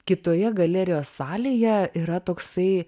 kitoje galerijos salėje yra toksai